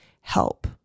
help